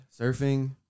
surfing